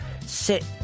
sit